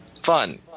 fun